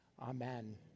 Amen